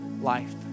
life